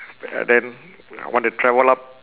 uh then I want to travel up